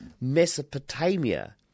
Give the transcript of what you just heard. Mesopotamia